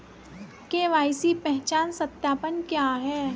KYC पहचान सत्यापन क्या है?